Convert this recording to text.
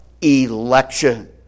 election